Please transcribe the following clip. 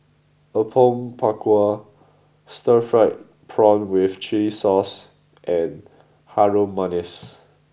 Apom Berkuah Stir Fried Prawn with Chili Sauce and Harum Manis